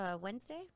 wednesday